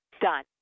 done